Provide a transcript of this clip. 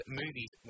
movies